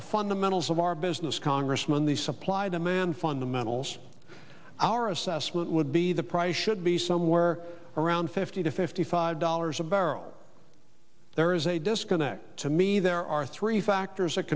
the fundamentals of our business congressman the supply demand fundamentals our assessment would be the price should be somewhere around fifty to fifty five dollars a barrel there is a disconnect to me there are three factors that